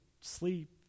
sleep